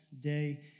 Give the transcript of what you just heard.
day